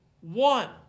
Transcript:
one